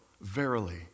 verily